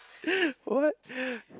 what